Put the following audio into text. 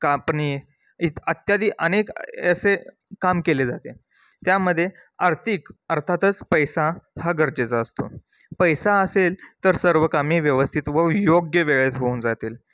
कापणी इत इत्यादी अनेक असे काम केले जाते त्यामध्ये आर्थिक अर्थातच पैसा हा गरजेचा असतो पैसा असेल तर सर्व कामे व्यवस्थित व योग्य वेळेत होऊन जातील